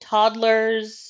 Toddlers